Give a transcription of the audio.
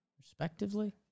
Respectively